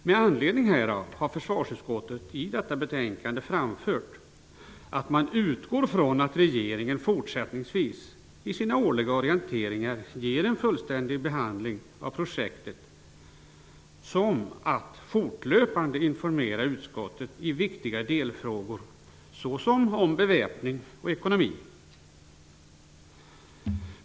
Med anledning härav har försvarsutskottet i detta betänkande framfört att man utgår från att regeringen fortsättningsvis, i sina årliga orienteringar, ger en fullständig behandling av projektet, som att fortlöpande informera utskottet i viktiga delfrågor såsom om beväpning och ekonomi.